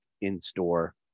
in-store